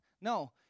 No